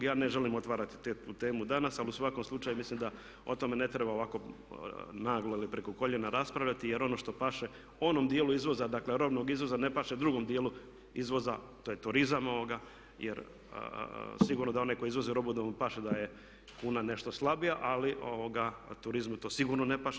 Ja ne želim otvarati tu temu danas ali u svakom slučaju mislim da o tome ne treba ovako naglo ili preko koljena raspravljati jer ono što paše onom djelu izvoza, dakle robnog izvoza ne paše drugom dijelu izvoza, to je turizam jer sigurno da onaj koji izvozi robu da mu paše da je kuna nešto slabija ali turizmu to sigurno ne paše.